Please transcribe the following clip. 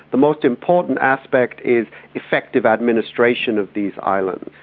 the most important aspect is effective administration of these islands.